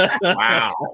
wow